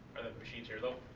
machines here though?